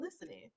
listening